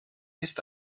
ist